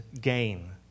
gain